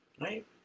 Right